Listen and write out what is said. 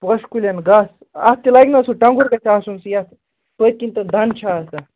پوشہِ کُلٮ۪ن گاسہٕ اَتھ تہِ لَگہِ نا سُہ ٹۅنٛگُر گژھِ آسُن سُہ یَتھ پٔتۍ کِنۍ تہٕ دَنٛد چھِ آسان